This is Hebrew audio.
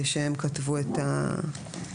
שהם כתבו את --- שוב,